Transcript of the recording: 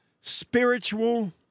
spiritual